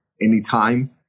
anytime